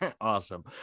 Awesome